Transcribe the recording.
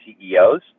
CEOs